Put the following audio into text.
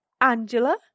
Angela